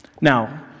Now